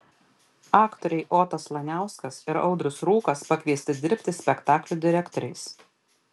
aktoriai otas laniauskas ir audrius rūkas pakviesti dirbti spektaklių direktoriais